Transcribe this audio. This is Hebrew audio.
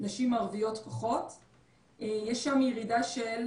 יש שם ירידה של